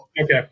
Okay